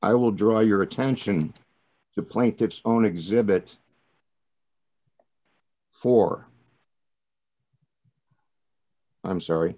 i will draw your attention to plaintiffs on exhibit four i'm sorry